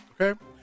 okay